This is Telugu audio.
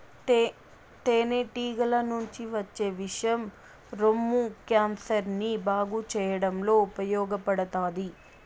తేనె టీగల నుంచి వచ్చే విషం రొమ్ము క్యాన్సర్ ని బాగు చేయడంలో ఉపయోగపడతాది